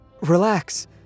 Relax